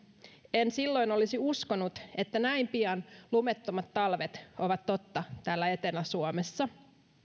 en silloin olisi uskonut että näin pian lumettomat talvet ovat totta täällä etelä suomessa